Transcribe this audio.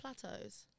plateaus